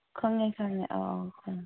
ꯈꯪꯉꯦ ꯈꯪꯉꯦ ꯑꯧ ꯑꯧ ꯈꯪꯉꯦ